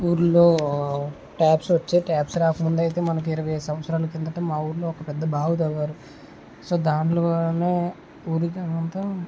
ఊరిలో ట్యాప్స్ వచ్చాయి ట్యాప్స్ రాకముందు అయితే మనకి ఇరవై ఐదు సంవత్సరాల కిందట మా ఊరిలో ఒక పెద్ద బావి తవ్వారు సో దాంట్లోనే ఊరి వాళ్ళంతా